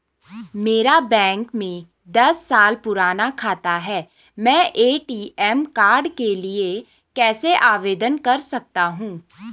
मेरा बैंक में दस साल पुराना खाता है मैं ए.टी.एम कार्ड के लिए कैसे आवेदन कर सकता हूँ?